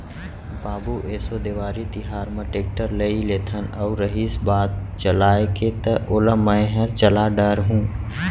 बाबू एसो देवारी तिहार म टेक्टर लेइ लेथन अउ रहिस बात चलाय के त ओला मैंहर चला डार हूँ